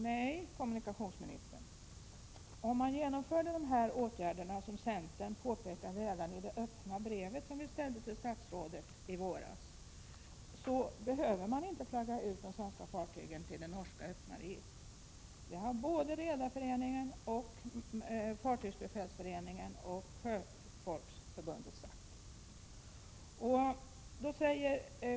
Herr talman! Nej, kommunikationsministern, om man genomför dessa åtgärder, vilka vi i centern för övrigt pekade på redan i det öppna brev som vi tillställde statsrådet i våras, behöver man inte flagga ut de svenska fartygen till det norska öppna registret. Det har både Redareföreningen, Fartygsbefälsföreningen och Sjöfolksförburndet sagt.